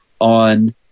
on